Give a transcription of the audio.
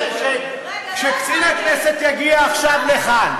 אני מבקש שקצין הכנסת יגיע עכשיו לכאן.